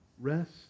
Rest